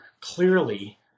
clearly